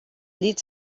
llit